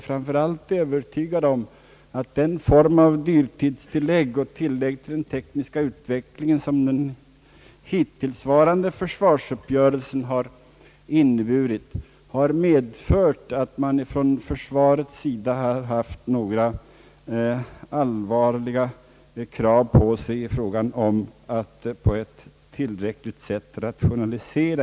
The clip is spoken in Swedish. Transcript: Framför allt är jag inte övertygad om att den form av dyrtidstillägg och tilllägg på grund av den tekniska utvecklingen som beviljas i enlighet med den hittillsvarande försvarsuppgörelsen medfört att man från försvarets sida haft några allvarliga krav på sig att rationalisera i tillräcklig utsträckning.